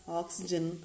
oxygen